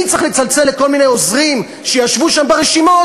אני צריך לצלצל לכל מיני עוזרים שישבו שם עם רשימות